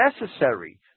necessary